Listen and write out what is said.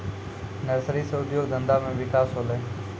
nursery से उद्योग धंधा मे भी बिकास होलै